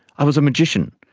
i was a magician.